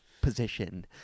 position